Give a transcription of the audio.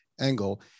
angle